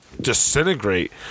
disintegrate